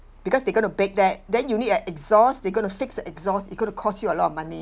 because they gonna bake there then you need a exhaust they gonna fix the exhaust it going to cost you a lot of money